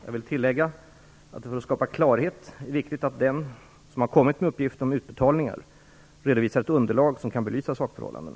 Jag vill tillägga att det för att skapa klarhet är viktigt att den som har kommit med uppgiften om utbetalningar redovisar ett underlag som kan belysa sakförhållandena.